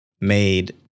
made